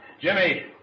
Jimmy